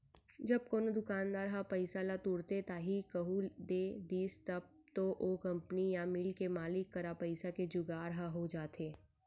जब कोनो दुकानदार ह पइसा ल तुरते ताही कहूँ दे दिस तब तो ओ कंपनी या मील के मालिक करा पइसा के जुगाड़ ह हो जाथे